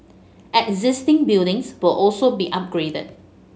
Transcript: existing buildings will also be upgraded